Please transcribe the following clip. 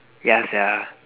ya sia